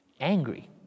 angry